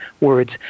words